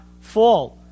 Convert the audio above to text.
fall